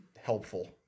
helpful